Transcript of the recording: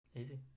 easy